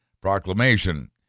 proclamation